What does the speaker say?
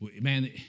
man